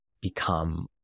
become